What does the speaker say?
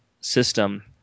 system